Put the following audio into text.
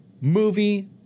Movie